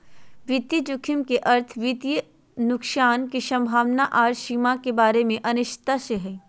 वित्तीय जोखिम के अर्थ वित्तीय नुकसान के संभावना आर सीमा के बारे मे अनिश्चितता से हय